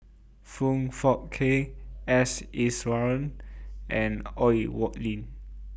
Foong Fook Kay S Iswaran and Oi Lin